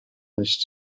nicht